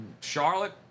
Charlotte